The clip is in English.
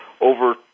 over